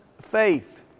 faith